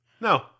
No